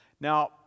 Now